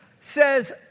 says